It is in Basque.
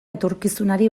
etorkizunari